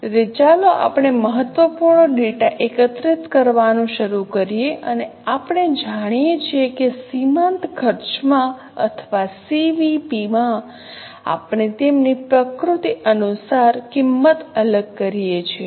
તેથી ચાલો આપણે મહત્વપૂર્ણ ડેટા એકત્રિત કરવાનું શરૂ કરીએ અને આપણે જાણીએ છીએ કે સીમાંત ખર્ચમાં અથવા સીવીપી માં આપણે તેમની પ્રકૃતિ અનુસાર કિંમત અલગ કરીએ છીએ